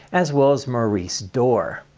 as well as maurice dore.